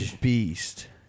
beast